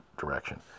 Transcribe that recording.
direction